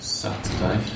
Saturday